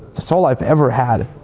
that's all i've ever had.